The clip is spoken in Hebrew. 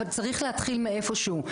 אבל צריך להתחיל מאיפשהו.